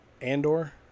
Andor